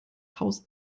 haus